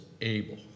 able